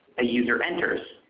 ah user enters.